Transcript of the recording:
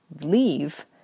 leave